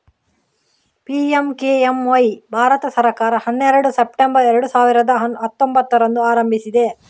PMKMY Bharat ಸರ್ಕಾರ ಹನ್ನೆರಡು September ಎರಡು ಸಾವಿರದ ಹತ್ತೊಂಭತ್ತರಂದು ಆರಂಭಿಸಿದೆ